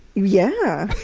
yeah!